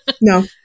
No